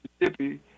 Mississippi